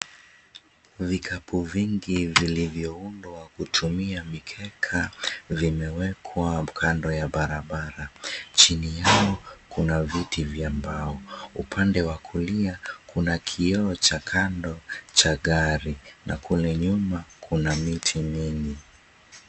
Vikapu vingi vilivyoundwa kutumia mikeka, vimewekwa kando ya barabara. Chini yao, kuna viti vya mbao. Upande wa kulia, kuna kioo cha kando cha gari na kule nyuma, kuna miti mingi.